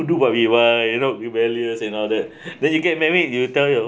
we do what we want you know rebellious and all that then you get married you tell your